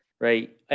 right